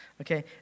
Okay